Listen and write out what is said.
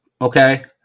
Okay